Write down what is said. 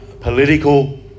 political